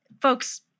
Folks